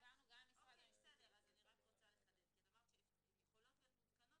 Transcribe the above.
שהן יכולות להיות מותקנות,